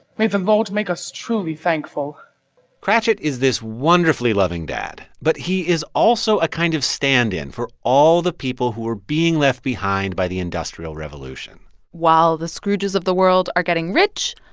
may the lord make us truly thankful cratchit is this wonderfully loving dad. but he is also a kind of stand-in for all the people who were being left behind by the industrial revolution while the scrooges of the world are getting rich,